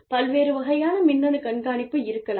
பல்வேறு வகையான மின்னணு கண்காணிப்பு இருக்கலாம்